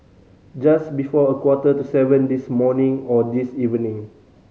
just before a quarter to seven this morning or this evening